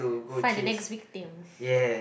find the next weak team